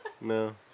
No